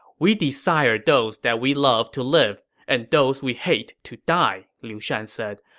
we desire those that we love to live and those we hate to die, liu shan said.